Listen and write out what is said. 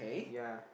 yea